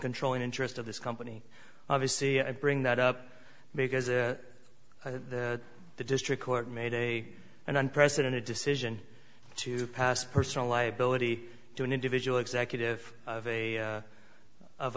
control in interest of this company obviously i bring that up because the district court made a an unprecedented decision to pass personal liability to an individual executive of a